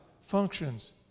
functions